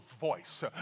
voice